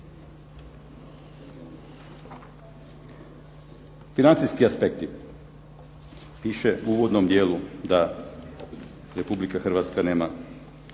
Financijski aspekti. Piše u uvodnom dijelu da Republika Hrvatska nema,